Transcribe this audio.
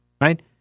Right